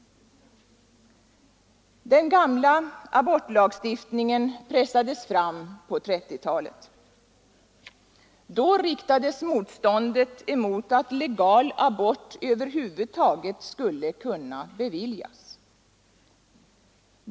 Den gamla abortlagstiftningen pressades fram på 1930-talet. Då riktades motståndet emot att legal abort över huvud taget skulle kunna beviljas.